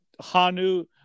Hanu